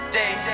day